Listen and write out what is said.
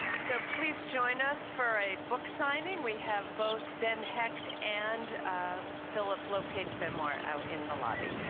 so please join us for a book signing we have both ben hecht and philip lopez memoir out in the lobby